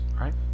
right